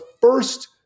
first